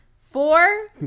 Four